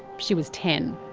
she was ten.